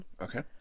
Okay